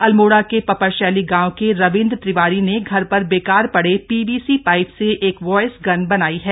अल्मोड़ा के पपरशैली गांव के रविन्द्र तिवारी ने घर पर बेकार पड़े पी वी सी पाइप से एक वॉयस गन बनाई है